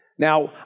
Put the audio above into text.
Now